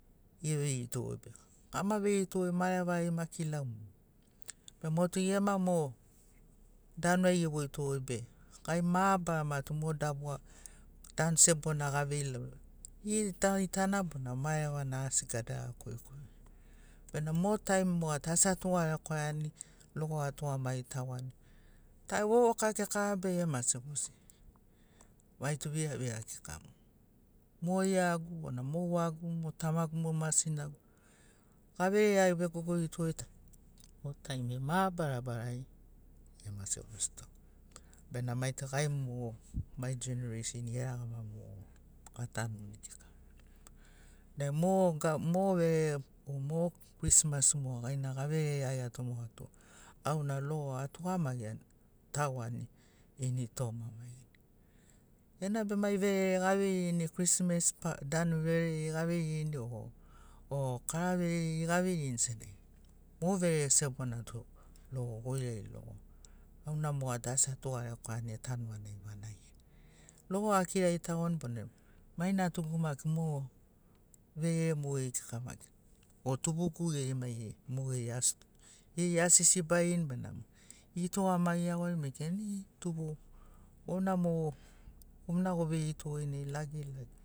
Eveirito be ama veirito marevari maki ilau mogo be motu gema mo danu ai ewoito be gai mabarama tu mo dabuga dan sebona gavei gitagitana bona marevana asi gadara korikori bena mo taim moga asi atugarekwaiani logo atugamagi tagoani vovoka kika bege mase gosi maitu viravira kika mogo mo iagu bona mo wagu mo tamagu o ma sinagu averereiagi vegogorito. mo taimi ai mabarabarari emaseto gosito bena maitu gai mogo mai genereisin geregama mogo atanuni kika nai mo mo verere mo krismas gaina gaverere iagiato moga tu auna logo atugamagiani tagoani ini toma mai enabe mai verere gaveirini krismas danu verereri aveirini o o kara vei aveirini senagi mo verere sebona tu logo goirai logo auna moga tu asi atugarekwaiani etanu vanagi vanagini logo akirari tagoani bona mai natugu maki mo verere mogeri kika maki o tubugu geri mai geri mogeri ast geri asisibarini benamo etugamagi iagorini bena ekirani eeee tubugu gomina mo gomina oveirito nei lagilagi